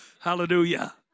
Hallelujah